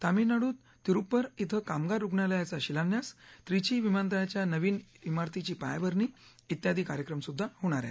तामिळनाडूत तिरुप्पुर इथं कामगार रुग्णालयाचा शिलान्यास त्रिची विमानतळाच्या नवीन इमारतीची पायाभरणी इत्यादी कार्यक्रम होणार आहेत